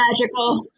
magical